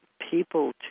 people